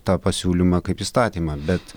tą pasiūlymą kaip įstatymą bet